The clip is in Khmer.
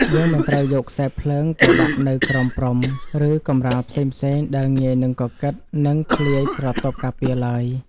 យើងមិនត្រូវយកខ្សែភ្លើងទៅដាក់នៅក្រោមព្រំ ឬកម្រាលផ្សេងៗដែលងាយនឹងកកិត និងធ្លាយស្រទាប់ការពារឡើយ។